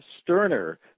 sterner